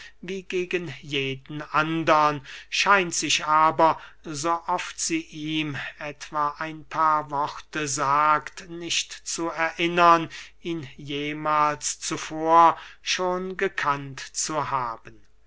wie gegen jeden andern scheint sich aber so oft sie ihm etwa ein paar worte sagt nicht zu erinnern ihn jemahls zuvor schon gekannt zu haben